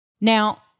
Now